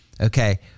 okay